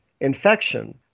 infection